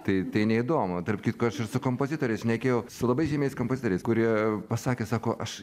tai tai neįdomu tarp kitko aš ir su kompozitoriais šnekėjau su labai žymiais kompozitoriais kurie pasakė sako aš